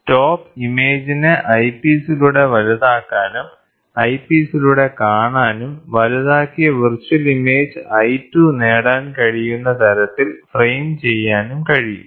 stop ഇമേജിനെ ഐപീസിലൂടെ വലുതാക്കാനും ഐപീസിലൂടെ കാണാനും വലുതാക്കിയ വിർച്വൽ ഇമേജ് I2 നേടാൻ കഴിയുന്ന തരത്തിൽ ഫ്രെയിം ചെയ്യാനും കഴിയും